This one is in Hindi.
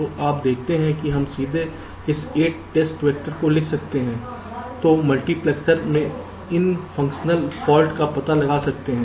तो आप देखते हैं कि हम सीधे इस 8 टेस्ट वैक्टर को लिख सकते हैं जो मल्टीप्लेक्सर में इन फंक्शनल फाल्ट का पता लगा सकते हैं